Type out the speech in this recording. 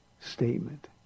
statement